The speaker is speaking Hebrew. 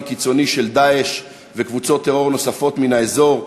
הקיצוני של "דאעש" ושל קבוצות טרור נוספות מן האזור,